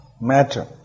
matter